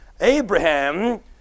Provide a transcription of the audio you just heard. Abraham